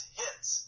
hits